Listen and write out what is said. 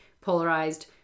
polarized